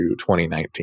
2019